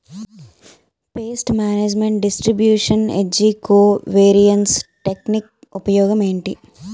paste management distribution ఏజ్జి covariance technique ఉపయోగం ఏంటి